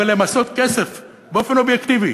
ולמסות כסף באופן אובייקטיבי.